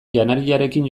janariarekin